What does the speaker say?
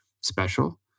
special